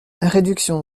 réduction